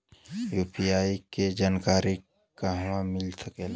UPI के जानकारी कहवा मिल सकेले?